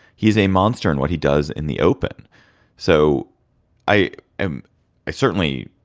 he's a monster and what he does in the open so i am i certainly